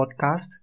Podcast